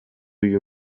you